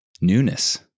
newness